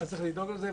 אז צריך לדאוג לזה.